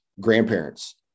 Grandparents